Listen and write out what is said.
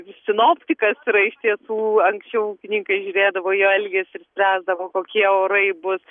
sinoptikas yra iš tiesų anksčiau ūkininkai žiūrėdavo jo elgesį ir spręsdavo kokie orai bus